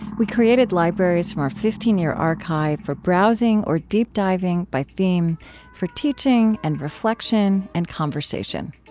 we created libraries from our fifteen year archive for browsing or deep diving by theme for teaching and reflection and conversation.